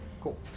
cool